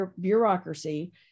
bureaucracy